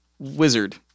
Wizard